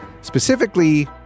Specifically